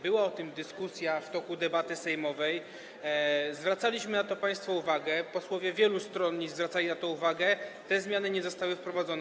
Była o tym dyskusja w toku debaty sejmowej, zwracaliśmy na to państwu uwagę, posłowie wielu stronnictw zwracali na to uwagę, te zmiany nie zostały wprowadzone.